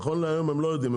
נכון להיום הם לא יודעים.